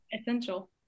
Essential